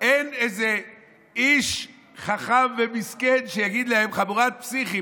אין איזה איש חכם ומסכן שיגיד להם: חבורת פסיכים,